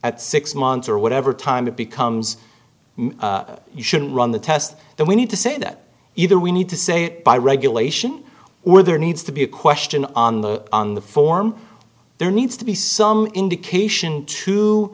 at six months or whatever time it becomes you should run the test and we need to say that either we need to say by regulation or there needs to be a question on the on the form there needs to be some indication to